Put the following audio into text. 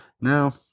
Now